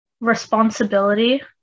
responsibility